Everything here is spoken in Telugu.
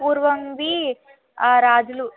పూర్వం రాజులు